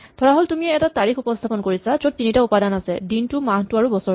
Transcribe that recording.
ধৰাহ'ল তুমি এটা তাৰিখ উপস্হাপন কৰিছা য'ত তিনিটা উপাদান আছে দিনটো মাহটো আৰু বছৰটো